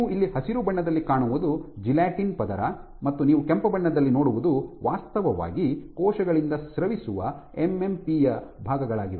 ನೀವು ಇಲ್ಲಿ ಹಸಿರು ಬಣ್ಣದಲ್ಲಿ ಕಾಣುವುದು ಜೆಲಾಟಿನ್ ಪದರ ಮತ್ತು ನೀವು ಕೆಂಪು ಬಣ್ಣದಲ್ಲಿ ನೋಡುವುದು ವಾಸ್ತವವಾಗಿ ಕೋಶಗಳಿಂದ ಸ್ರವಿಸುವ ಎಂಎಂಪಿ ಯ ಭಾಗಗಳಾಗಿವೆ